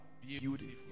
Beautiful